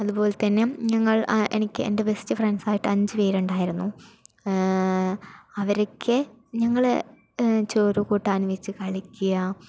അതുപോലെത്തന്നെ ഞങ്ങൾ എനിക്ക് എൻ്റെ ബെസ്റ്റ് ഫ്രണ്ട്സ് ആയിട്ട് അഞ്ച് പേരുണ്ടായിരുന്നു അവരൊക്കെ ഞങ്ങള് ചോറ് കൂട്ടാൻ വെച്ച് കളിക്കുക